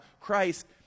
Christ